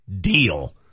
deal